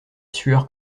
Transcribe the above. sueur